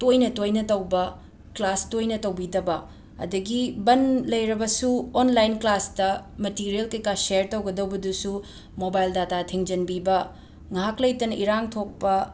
ꯇꯣꯏꯅ ꯇꯣꯏꯅ ꯇꯧꯕ ꯀ꯭ꯂꯥꯁ ꯇꯣꯏꯅ ꯇꯧꯕꯤꯗꯕ ꯑꯗꯒꯤ ꯕꯟ ꯂꯩꯔꯕꯁꯨ ꯑꯣꯟꯂꯥꯏꯟ ꯀ꯭ꯂꯥꯁꯇ ꯃꯇꯤꯔꯤꯌꯦꯜ ꯀꯩ ꯀꯥ ꯁꯦꯔ ꯇꯧꯒꯗꯧꯕꯗꯨꯁꯨ ꯃꯣꯕꯥꯏꯜ ꯗꯇꯥ ꯊꯤꯡꯖꯤꯟꯕꯤꯕ ꯉꯥꯏꯍꯥꯛ ꯂꯩꯇꯅ ꯏꯔꯥꯡ ꯊꯣꯛꯄ